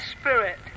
spirit